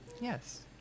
Yes